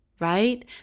right